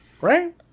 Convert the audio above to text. right